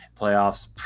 playoffs